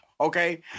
okay